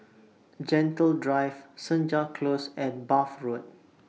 Gentle Drive Senja Close and Bath Road